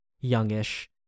youngish